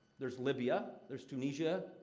there's libya, there's tunisia,